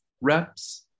reps